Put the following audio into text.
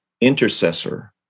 intercessor